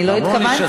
אני לא התכוונתי,